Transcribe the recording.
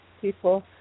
people